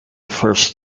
first